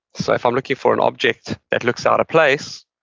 so, if i'm looking for an object that looks out of place,